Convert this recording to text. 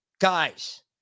Guys